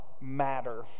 matter